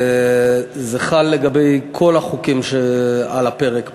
וזה חל לגבי כל החוקים שעל הפרק פה.